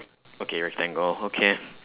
okay rectangle okay